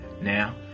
now